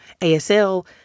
ASL